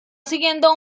siguiendo